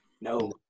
No